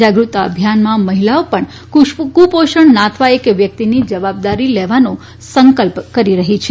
જાગૃતતા અભિયાનમાં મહિલાઓ પણ કુપોષણ નાથવા એક વ્યક્તિની જવાબદારી લેવાનો સંકલ્પ કરી રહી છે